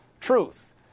truth